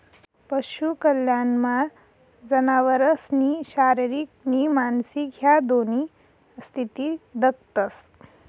पशु कल्याणमा जनावरसनी शारीरिक नी मानसिक ह्या दोन्ही स्थिती दखतंस